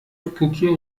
پوکی